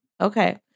Okay